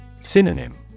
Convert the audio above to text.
Synonym